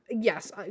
yes